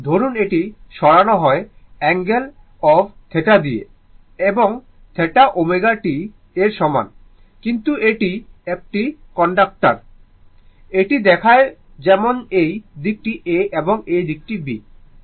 ধরুন এটি সরানো হয় অ্যাঙ্গেল অফ θ দিয়ে এবং θ ω t এর সমান কিন্তু এটি একটি কন্ডাক্টর এটি দেখায় যেমন এই দিকটি A এবং এই দিকটি B